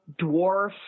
dwarf